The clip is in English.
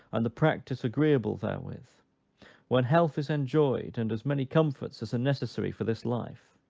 and the practice agreeable therewith when health is enjoyed, and as many comforts as are necessary for this life